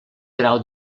grau